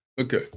Okay